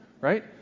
right